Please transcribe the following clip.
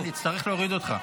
אלמוג, אני אצטרך להוריד אותך.